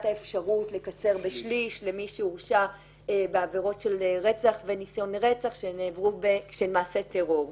האפשרות לקצר בשליש למי שהורשע בעבירות של רצח וניסיון לרצח כשהן מעשה טרור.